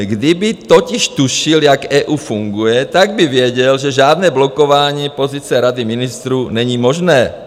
Kdyby totiž tušil, jak EU funguje, tak by věděl, že žádné blokování pozice Rady ministrů není možné.